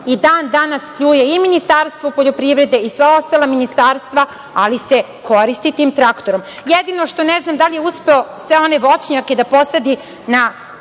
i dan danas pljuje i Ministarstvo poljoprivrede i sva ostala ministarstva, ali se koristi tim traktorom. Jedino ne znam da li je uspeo sve one voćnjake da posadi na